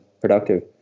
productive